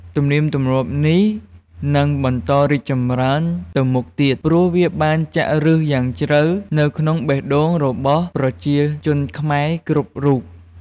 ទំនៀមទម្លាប់នេះនឹងបន្តរីកចម្រើនទៅមុខទៀត ព្រោះវាបានចាក់ឫសយ៉ាងជ្រៅនៅក្នុងបេះដូងរបស់ប្រជាជនខ្មែរគ្រប់រូប។